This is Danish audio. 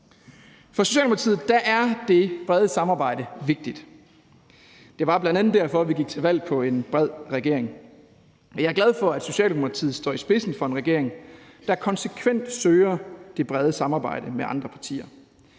For Socialdemokratiet er det brede samarbejde vigtigt. Det var bl.a. derfor, vi gik til valg på en bred regering, og jeg er glad for, at Socialdemokratiet står i spidsen for en regering, der konsekvent søger det brede samarbejde med andre partier.